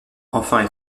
enfin